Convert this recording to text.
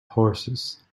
horses